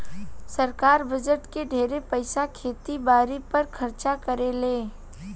सरकार बजट के ढेरे पईसा खेती बारी पर खर्चा करेले